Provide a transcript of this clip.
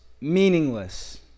meaningless